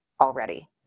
already